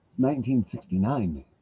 1969